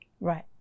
Right